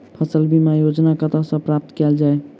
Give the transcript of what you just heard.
फसल बीमा योजना कतह सऽ प्राप्त कैल जाए?